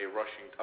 rushing